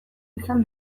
izan